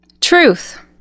Truth